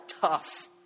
tough